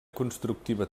constructiva